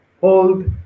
hold